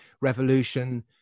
Revolution